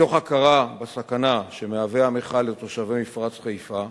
מתוך הכרה בסכנה שמהווה המכל לתושבי מפרץ חיפה,